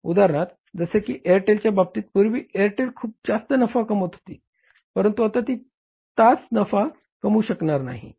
उदाहरणार्थ जसे की एअरटेलच्या बाबतीत पूर्वी एअरटेल खूप जास्त नफा कमवत होती परंतु आता ती तेवढा नफा कमवू शकत नाहीये